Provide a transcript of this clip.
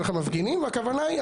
יהיה לך מפגינים והכוונה היא,